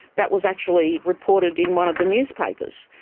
that was actually reported in one of the newspapers.